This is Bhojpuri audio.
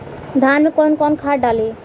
धान में कौन कौनखाद डाली?